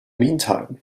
meantime